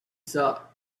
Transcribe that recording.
saw